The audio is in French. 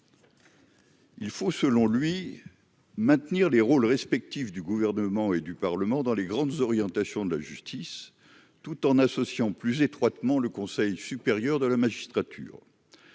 Il faut, selon lui, maintenir les rôles respectifs du gouvernement et du Parlement dans les grandes orientations de la justice tout en associant plus étroitement le Conseil supérieur de la magistrature,